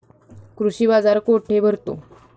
कृषी बाजार कुठे भरतो?